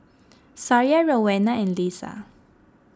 Sariah Rowena and Leisa